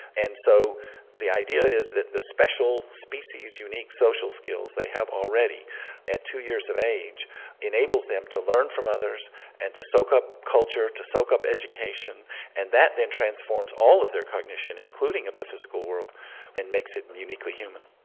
and so the idea is that the special species unique social skills they have already at two years of age enables them to learn from others and to soak up culture, to soak up education and that then transforms all of their cognition including of the physical world and makes it uniquely human.